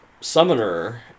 Summoner